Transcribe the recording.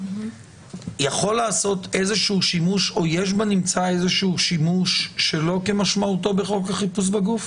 יש בנמצא איזשהו שימוש שלא כמשמעותו בחוק החיפוש בגוף?